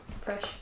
fresh